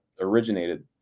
originated